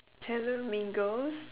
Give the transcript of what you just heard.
hello mean girls